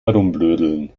herumblödeln